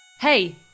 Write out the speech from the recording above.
Hey